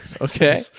Okay